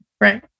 Right